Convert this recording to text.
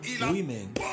women